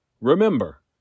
Remember